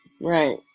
Right